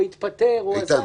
בצורה אחרת לגמרי,